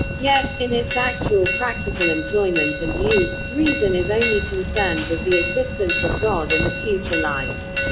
yet, in its actual practical employment and use, reason is only concerned with the existence of god and a future life.